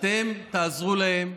אתם תעזרו להם,